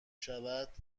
شود